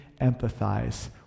empathize